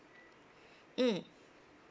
mm